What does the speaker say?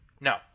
No